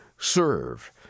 Serve